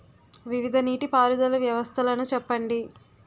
వివిధ నీటి పారుదల వ్యవస్థలను చెప్పండి?